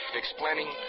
explaining